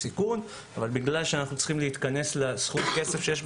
אך משום שאנחנו צריכים להתכנס לסכום הכסף שתוקצב